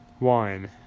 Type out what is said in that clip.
wine